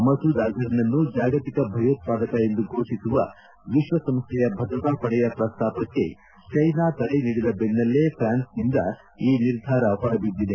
ಮಸೂದ್ ಅಜರ್ನನ್ನು ಜಾಗತಿಕ ಭಯೋತ್ವಾದಕ ಎಂದು ಘೋಷಿಸುವ ವಿಶ್ವಸಂಸ್ಥೆಯ ಭದ್ರತಾಪಡೆಯ ಪ್ರಸ್ತಾಪಕ್ಕೆ ಚೀನಾ ತಡೆ ನೀಡಿದ ಬೆನ್ನಲ್ಲೆ ಫ್ರಾನ್ಸ್ನಿಂದ ಈ ನಿರ್ಧಾರ ಹೊರ ಬಿದ್ದಿದೆ